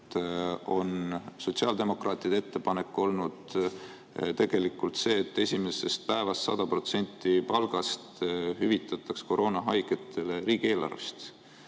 on sotsiaaldemokraatide ettepanek olnud tegelikult see, et esimesest päevast 100% palgast hüvitataks koroonahaigetele riigieelarvest,